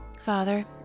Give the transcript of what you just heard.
Father